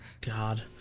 God